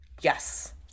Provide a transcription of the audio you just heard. Yes